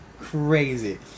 crazy